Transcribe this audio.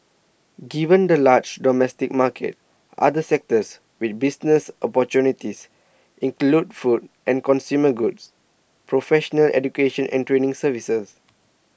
given the large domestic market other sectors with business opportunities include food and consumer goods professional education and training services